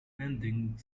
pending